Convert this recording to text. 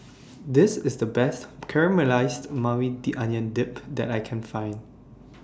This IS The Best Caramelized Maui Onion Dip that I Can Find